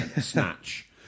snatch